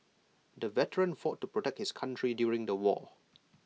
the veteran fought to protect his country during the war